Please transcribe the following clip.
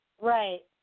Right